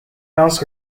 ounce